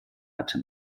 hatte